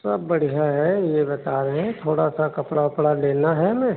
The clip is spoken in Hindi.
सब बढ़िया है यह बता रहे हैं थोड़ा सा कपड़ा वपड़ा लेना है हमें